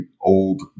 old